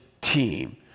team